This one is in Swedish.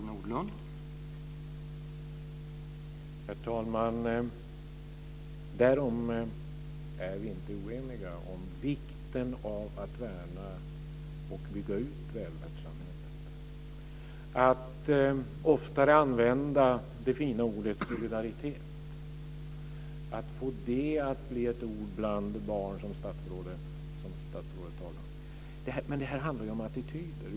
Herr talman! Därom är vi inte oeniga, om vikten av att värna och bygga ut välfärdssamhället, att oftare använda det fina ordet solidaritet, att få det att bli ett ord bland barn, som statsrådet talar om. Det handlar om attityder.